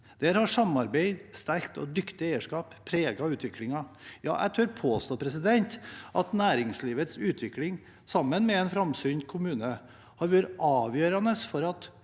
Der har samarbeid og lokalt, sterkt og dyktig eierskap preget utviklingen. Jeg tør påstå at næringslivets utvikling sammen med en framsynt kommune har vært avgjørende for at